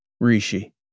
Rishi